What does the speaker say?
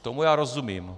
Tomu já rozumím.